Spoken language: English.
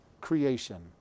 creation